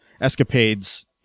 escapades